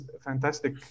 fantastic